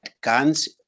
guns